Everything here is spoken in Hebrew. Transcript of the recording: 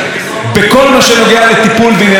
וואלה וענייניו האחרים של שאול אלוביץ',